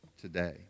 today